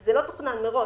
זה לא תוכנן מראש.